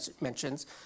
mentions